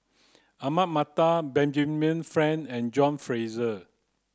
Ahmad Mattar Benjamin Frank and John Fraser